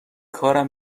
کارم